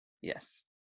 Yes